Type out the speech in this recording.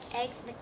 Eggs